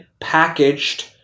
packaged